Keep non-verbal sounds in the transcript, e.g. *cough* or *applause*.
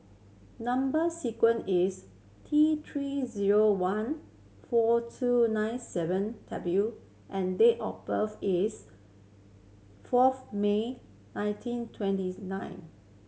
number sequence is T Three zero one four two nine seven W and date of birth is fourth May nineteen twenty *unintelligible* nine